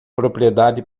propriedade